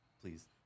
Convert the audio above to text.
Please